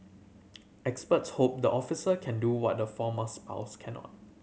experts hope the officer can do what the former spouse cannot